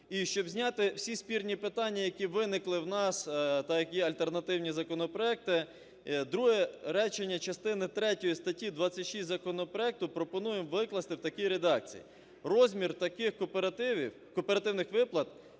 І щоб зняти всі спірні питання, які виникли в нас, так як є альтернативні законопроекти, друге речення частини третьої статті 26 законопроекту пропонуємо викласти в такій редакції: "Розмір таких кооперативних виплат